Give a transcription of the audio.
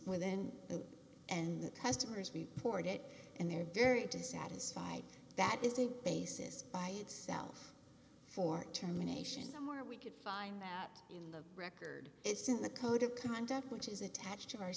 within it and the customers report it and they're very dissatisfied that is the basis by itself for terminations the more we could find that in the record it's in the code of conduct which is attached to our